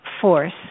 force